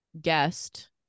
guest